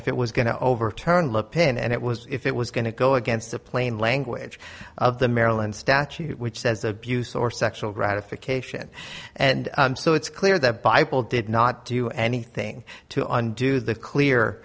if it was going to overturn lookin and it was if it was going to go against the plain language of the maryland statute which says abuse or sexual gratification and so it's clear that bible did not do anything to undo the clear